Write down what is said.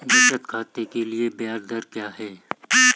बचत खाते के लिए ब्याज दर क्या है?